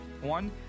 One